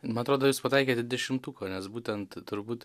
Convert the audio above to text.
man atrodo jūs pataikėt į dešimtuką nes būtent turbūt